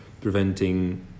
preventing